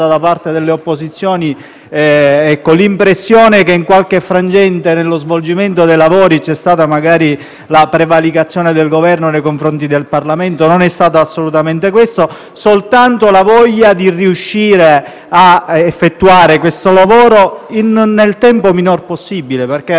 l'impressione che in qualche frangente nello svolgimento dei lavori vi sia stata magari la prevaricazione del Governo nei confronti del Parlamento. Non è stato assolutamente così: c'è stata soltanto la voglia di riuscire a portare a termine questo lavoro nel tempo più breve possibile, perché effettivamente dal 1996